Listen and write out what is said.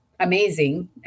amazing